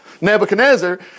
Nebuchadnezzar